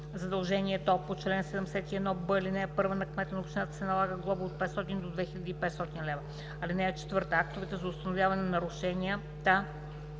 задължението по чл. 71б, ал. 1 на кмета на общината се налага глоба от 500 до 2500 лв. (4) Актовете за установяване на нарушенията